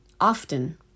often